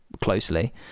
closely